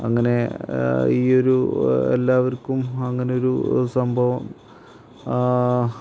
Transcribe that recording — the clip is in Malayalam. അങ്ങനെ ഈ ഒരു എല്ലാവർക്കും അങ്ങനൊരു സംഭവം